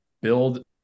build